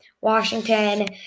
Washington